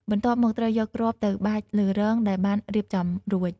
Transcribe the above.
បន្ទាប់មក ត្រូវយកគ្រាប់ទៅបាចលើរងដែលបានរៀបចំរួច។